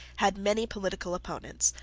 had many political opponents,